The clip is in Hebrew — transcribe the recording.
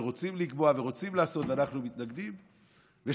שרוצים לקבוע ורוצים לעשות ואנחנו מתנגדים לה.